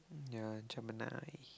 ya Gemini